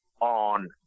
on